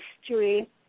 history